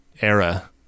era